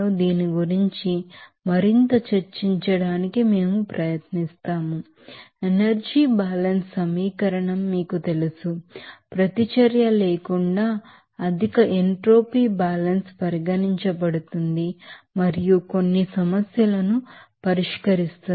దీని గురించి మరింత చర్చించడానికి మేం ప్రయత్నిస్తాం ఎనర్జీ బ్యాలెన్స్ సమీకరణం మీకు తెలుసు ప్రతిచర్య లేకుండా అధిక ఎంట్రోపీ బ్యాలెన్స్ పరిగణించబడుతుంది మరియు కొన్ని సమస్యలను పరిష్కరిస్తుంది